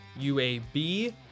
UAB